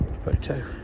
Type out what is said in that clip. photo